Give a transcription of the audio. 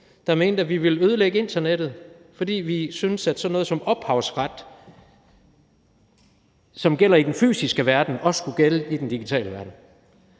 der mente, at vi ville ødelægge internettet, fordi vi syntes, at sådan noget som ophavsret, som gælder i den fysiske verden, også skulle gælde i den digitale verden.